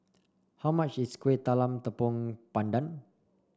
how much is Kuih Talam Tepong Pandan